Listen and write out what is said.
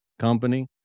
company